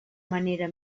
manera